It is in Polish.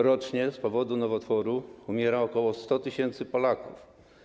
Rocznie z powodu nowotworów umiera ok. 100 tys. Polaków.